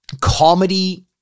comedy